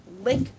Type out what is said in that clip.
lick